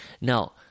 Now